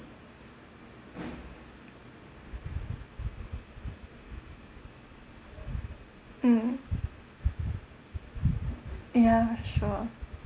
mm ya sure